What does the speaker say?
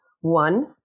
one